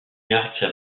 garcía